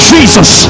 Jesus